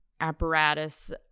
apparatus